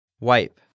Wipe